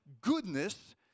goodness